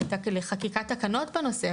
לחקיקת תקנות בנושא,